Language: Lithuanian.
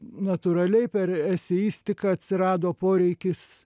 natūraliai per eseistiką atsirado poreikis